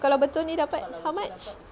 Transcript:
kalau betul ni dapat how much